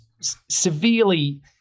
severely